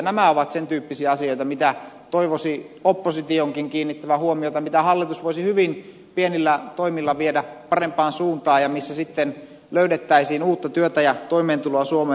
nämä ovat sen tyyppisiä asioita mihin toivoisi oppositionkin kiinnittävän huomiota mitä hallitus voisi hyvin pienillä toimilla viedä parempaan suuntaan ja missä sitten löydettäisiin uutta työtä ja toimeentuloa suomeen